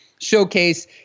showcase